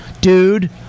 dude